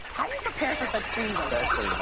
how do you prepare for such scenes like i mean and